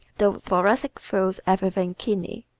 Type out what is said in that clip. the thoracic feels everything keenly.